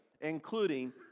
including